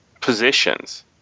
Positions